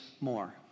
more